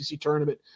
tournament